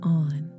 on